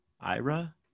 Ira